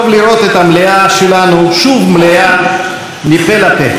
טוב לראות את המליאה שלנו שוב מלאה מפה לפה.